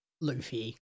Luffy